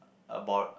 abroad